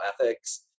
ethics